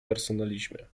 personalizmie